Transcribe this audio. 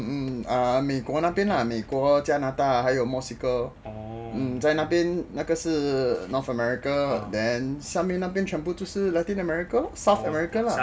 hmm ah 美国那边 ah 美国加拿大还有墨西哥在那边那个是 north america then 下面那边全部都是 latin america lor 你有去过吗